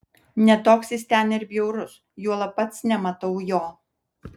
ne toks jis ten ir bjaurus juolab pats nematau jo